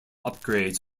upgrades